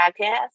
podcast